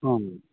অঁ